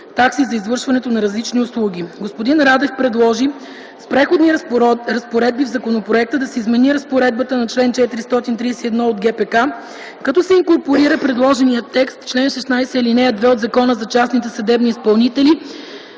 такси за извършването на различни услуги. Господин Радев предложи с Преходните разпоредби в законопроекта да се измени разпоредбата на чл. 431 от ГПК, като се инкорпорира предложеният текст в чл. 16, ал. 2 от Закона за частните съдебни изпълнители